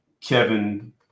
Kevin